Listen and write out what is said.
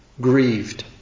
grieved